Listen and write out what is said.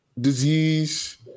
disease